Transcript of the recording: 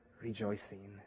rejoicing